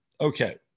Okay